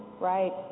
right